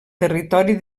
territori